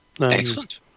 Excellent